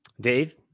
Dave